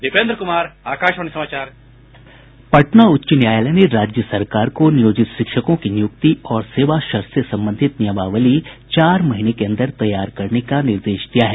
दीपेन्द्र कुमार आकाशवाणी समाचार पटना उच्च न्यायालय ने राज्य सरकार को नियोजित शिक्षकों की नियुक्ति और सेवा शर्त से संबंधित नियमावली चार महीने के अंदर तैयार करने का निर्देश दिया है